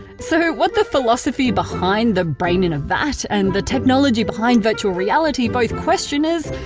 so what the philosophy behind the brain in a vat and the technology behind virtual reality both question is,